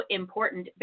important